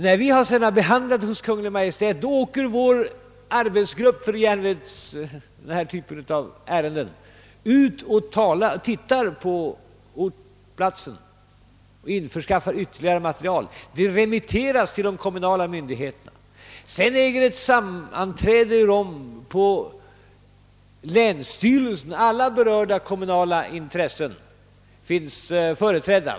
När vi sedan har att behandla dem hos Kungl. Maj:t åker vår arbetsgrupp för denna typ av ärenden ut och tittar på platsen och införskaffar ytterligare material. Frågan remitteras till de kommunala myndigheterna. Sedan äger ett sammanträde rum på länsstyrelsen för en öppen diskussion av frågan, varvid alla berörda kommunala intressen finns företrädda.